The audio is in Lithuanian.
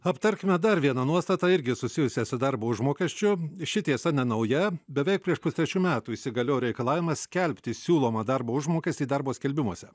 aptarkime dar vieną nuostatą irgi susijusią su darbo užmokesčiu ši tiesa nenauja beveik prieš pustrečių metų įsigalio reikalavimas skelbti siūlomą darbo užmokestį darbo skelbimuose